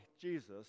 Jesus